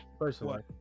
personally